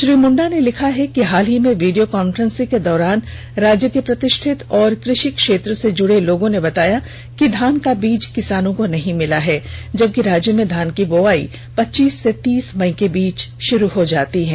श्री मुंडा ने लिखा है कि हाल ही में वीडियो कांफ्रेंसिंग के दौरान राज्य के प्रतिष्ठित और कृषि क्षेत्र से जुड़े लोगों ने बताया कि धान का बीज किसानों को नहीं मिला है जबकि राज्य में धान की बोवाई पच्चीस से तीस मई के बीच शुरू हो जाती है